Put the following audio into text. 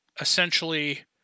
essentially